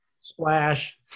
splash